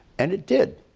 and it did.